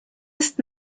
ist